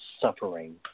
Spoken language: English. suffering